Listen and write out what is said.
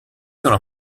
sono